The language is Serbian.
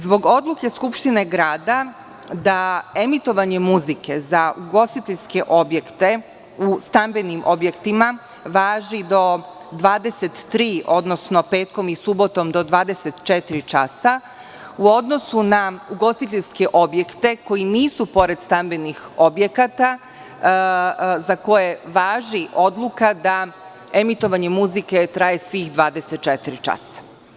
Zbog odluke Skupštine grada da emitovanje muzike za ugostiteljske objekte u stambenim objektima važi do 23, odnosno petkom i subotom do 24 časa, u odnosu na ugostiteljske objekte koji nisu pored stambenih objekata za koje važi odluka da emitovanje muzike traje svih 24 časa.